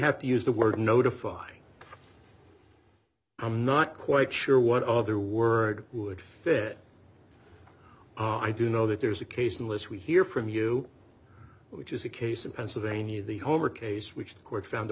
have to use the word notify i'm not quite sure what other word would fit i do know that there's a case unless we hear from you which is the case in pennsylvania the home or case which the court found a